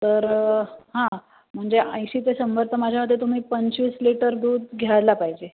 तर हां म्हणजे ऐंशी ते शंभर तर माझ्या मते तुम्ही पंचवीस लीटर दूध घ्यायला पाहिजे